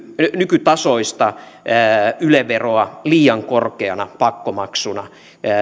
nykytasoista yle veroa liian korkeana pakkomaksuna